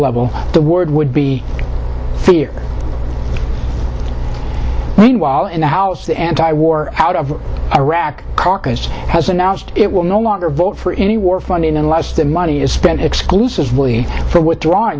level the word would be fear meanwhile in the house the antiwar out of iraq caucus has announced it will no longer vote for any war funding unless the money is spent exclusively for withdraw